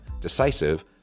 decisive